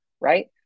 right